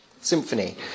Symphony